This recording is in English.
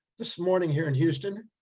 this morning here in houston,